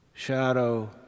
shadow